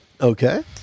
Okay